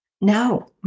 No